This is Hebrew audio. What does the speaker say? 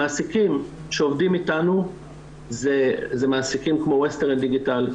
המעסיקים שעובדים איתנו זה מעסיקים כמו ווסטרן דיגיטל,